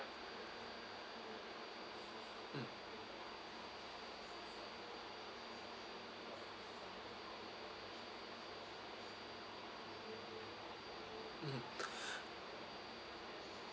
mm mmhmm